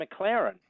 McLaren